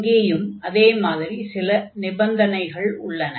இங்கேயும் அதே மாதிரி சில நிபந்தனைகள் உள்ளன